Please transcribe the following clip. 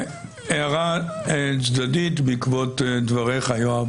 הערה צדדית בעקבות דבריך, יואב,